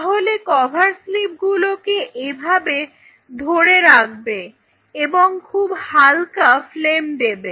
তাহলে তুমি cover slip গুলোকে এভাবে ধরে রাখবে এবং খুব হালকা ফ্লেম দেবে